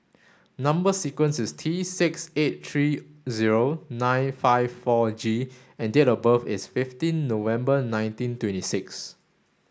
number sequence is T six eight three zero nine five four G and date of birth is fifteen November nineteen twenty six